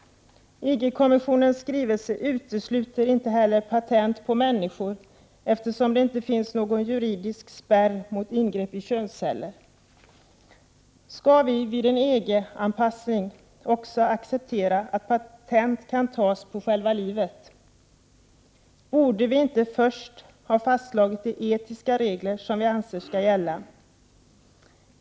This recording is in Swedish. EG-kommissionens skrivelse utesluter inte heller patent på människor, eftersom det inte finns någon juridisk spärr mot ingrepp i könsceller. Skall vi vid en EG-anpassning också acceptera att patent kan tas på själva livet? Borde vi inte först ha fastslagit de etiska regler som vi anser skall gälla!